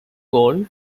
golf